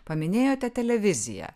paminėjote televiziją